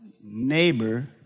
neighbor